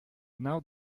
now